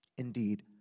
Indeed